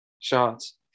shots